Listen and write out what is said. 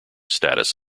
status